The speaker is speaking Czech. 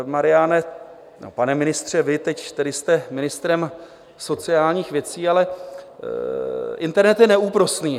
Mariane, nebo pane ministře, vy teď tedy jste ministrem sociálních věcí, ale internet je neúprosný.